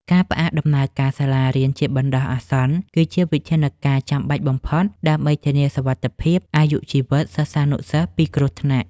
ការផ្អាកដំណើរការសាលារៀនជាបណ្តោះអាសន្ន គឺជាវិធានការចាំបាច់បំផុត ដើម្បីធានាសុវត្ថិភាពអាយុជីវិតសិស្សានុសិស្សពីគ្រោះថ្នាក់។